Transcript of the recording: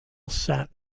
sat